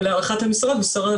ולהערכת המשרד,